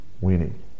winning